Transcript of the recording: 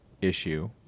issue